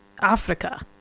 Africa